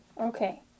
Okay